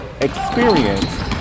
experience